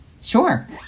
Sure